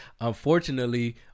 unfortunately